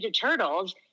Turtles